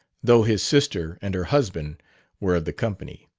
though his sister and her husband were of the company.